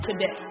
today